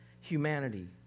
humanity